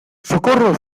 socorro